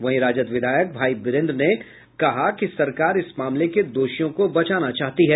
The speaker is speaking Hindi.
वहीं राजद विधायक भाई वीरेन्द्र ने कहा कि सरकार इस मामले के दोषियों को बचाना चाहती है